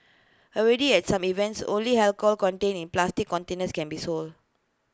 already at some events only alcohol contained in plastic containers can be sold